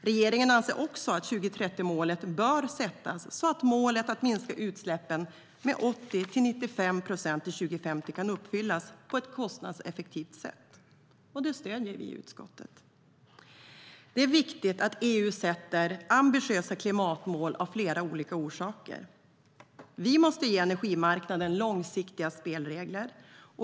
Regeringen anser också att 2030-målet bör sättas så att målet att minska utsläppen med 80-95 procent till 2050 kan uppfyllas på ett kostnadseffektivt sätt. Det stöder vi i utskottet. Det är viktigt av flera orsaker att EU sätter ambitiösa klimatmål. Vi måste ge energimarknaden långsiktiga spelregler.